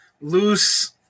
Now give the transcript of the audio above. loose